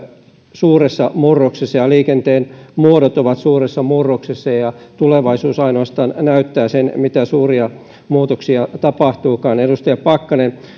suuressa murroksessa ja liikenteen muodot ovat suuressa murroksessa ja ainoastaan tulevaisuus näyttää sen mitä suuria muutoksia tapahtuukaan edustaja pakkanen